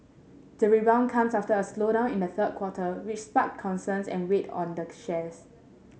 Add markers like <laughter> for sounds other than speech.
the rebound comes after a slowdown in the third quarter which sparked concerns and weighed on the <unintelligible> shares